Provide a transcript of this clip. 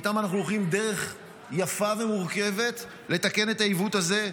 ואיתם אנחנו הולכים דרך יפה ומורכבת לתקן את העיוות הזה,